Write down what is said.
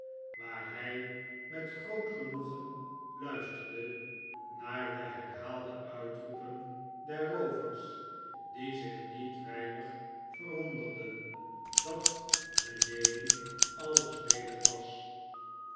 waar hij met groot genoegen luisterde naar de herhaalde uitroepen der roovers die zich niet weinig verwonderden dat beneden alles ledig was